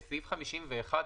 בסעיף 51,